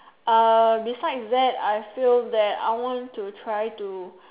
uh besides that I feel that I want to try to